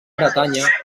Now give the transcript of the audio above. bretanya